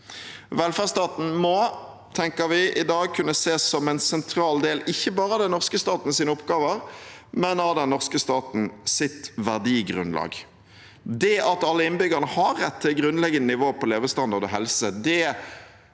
velferdsstaten i dag må kunne ses ikke bare som en sentral del av den norske statens oppgaver, men av den norske statens verdigrunnlag. Det at alle innbyggere har rett til et grunnleggende nivå på levestandard og helse,